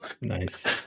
Nice